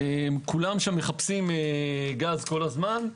כולם שם מחפשים גז כל הזמן.